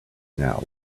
now